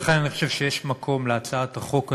לכן אני חושב שיש מקום להצעת החוק הזאת,